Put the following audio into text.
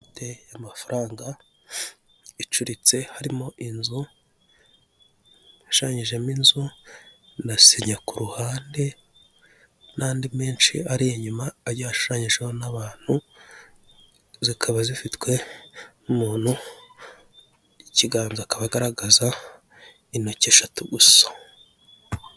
Inote y'amafaranga icuritse harimo inzu hashushanyijeho inzu na sinya ku ruhande, n'andi menshi ari inyuma agiye ashushanyijeho n'abantu, zikaba zifitwe n'umuntu, ikiganza akaba agaragaza intoki eshatu gusa.